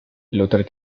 luther